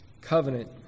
covenant